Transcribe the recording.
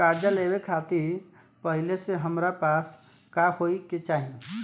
कर्जा लेवे खातिर पहिले से हमरा पास का होए के चाही?